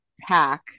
pack